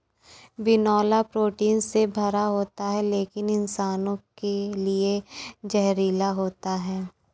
बिनौला प्रोटीन से भरा होता है लेकिन इंसानों के लिए जहरीला होता है